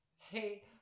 hey